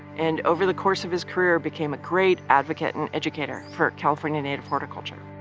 and over the course of his career, became a great advocate and educator for california native horticulture.